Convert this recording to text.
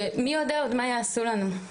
שמי יודע עוד מה יעשו לנו.